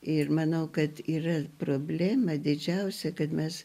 ir manau kad yra problema didžiausia kad mes